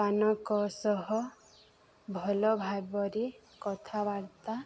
ମାନଙ୍କ ସହ ଭଲ ଭାବରେ କଥାବାର୍ତ୍ତା